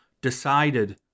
decided